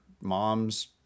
mom's